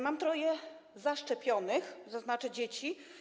Mam troje zaszczepionych, zaznaczę, dzieci.